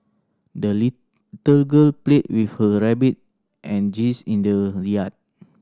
the little girl played with her rabbit and geese in the yard